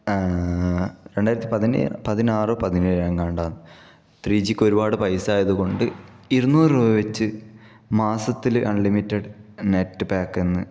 രണ്ടായിരത്തി പതിനാറ് പതിനേഴ് എങ്ങാണ്ടാണ് ത്രീ ജിക്ക് ഒരുപാട് പൈസ ആയത് കൊണ്ട് ഇരുന്നൂറ് രൂപ വെച്ച് മാസത്തില് അൺലിമിറ്റഡ് നെറ്റ് പാക്കെന്ന്